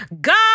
God